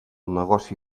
negoci